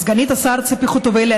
סגנית השר ציפי חוטובלי,